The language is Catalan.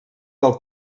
del